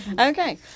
Okay